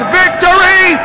victory